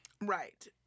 Right